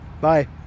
Bye